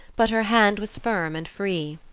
but her hand was firm and free.